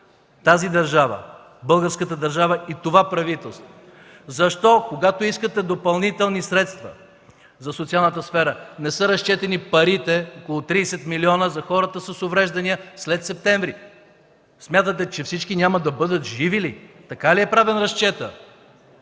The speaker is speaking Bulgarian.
тази държава – българската държава и това правителство?! Защо, когато искате допълнителни средства за социалната сфера, не са разчетени парите – около 30 милиона, за хората с увреждания след септември? Смятате, че всички няма да бъдат живи ли?! Така ли е правен разчетът?